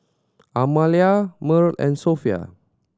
Amalia Mearl and Sophia